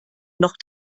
noch